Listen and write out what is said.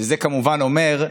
שזה כמובן אומר,